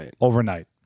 overnight